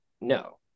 no